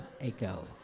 ago